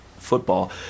football